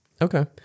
Okay